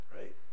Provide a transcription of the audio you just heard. right